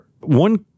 one